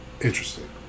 interesting